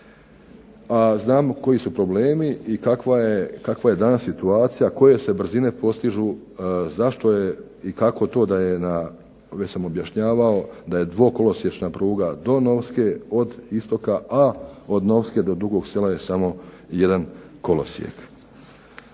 a znamo koji su problemi i kakva je danas situacija, koje se brzine postižu, zašto je i kako to da je na, već sam objašnjavao da je dvokolosiječna pruga do Novske, a od Novske do Dugog Sela je samo jedan kolosijek.